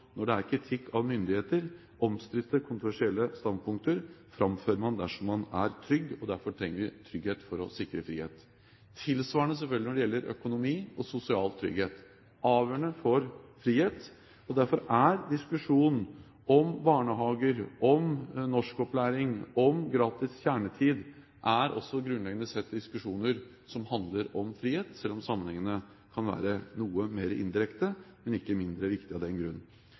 når det er kritikk av myndigheter. Omstridte og kontroversielle standpunkter framfører man dersom man er trygg. Derfor trenger vi trygghet for å sikre frihet. Det er tilsvarende, selvfølgelig, når det gjelder økonomi og sosial trygghet – avgjørende for frihet. Derfor er diskusjonen om barnehager, om norskopplæring og om gratis kjernetid grunnleggende sett diskusjoner som handler om frihet, selv om sammenhengene kan være noe mer indirekte, men ikke mindre viktig av den grunn.